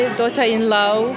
daughter-in-law